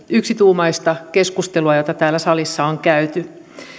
yksituumaista keskustelua jota täällä salissa on käyty